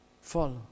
follow